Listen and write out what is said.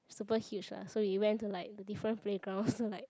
super huge lah so we went to like the different playgrounds to like